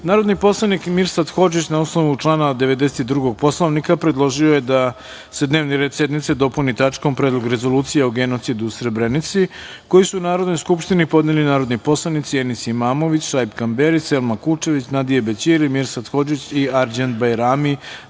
predlog. Narodni poslanik Mirsad Hodžić, na osnovu člana 92. Poslovnika, predložio je da se dnevni red sednice dopuni tačkom - Predlog rezolucije o genocidu u Srebrenici, koji su Narodnoj skupštini podneli narodni poslanici Enis Imamović, Šaip Kamberi, Selma Kučević, Nadije Bećiri, Mirsad Hodžić i Arđend Bajrami,